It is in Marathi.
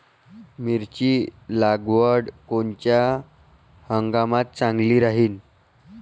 मिरची लागवड कोनच्या हंगामात चांगली राहीन?